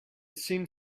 seemed